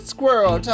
Squirrel